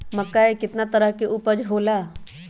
मक्का के कितना तरह के उपज हो ला?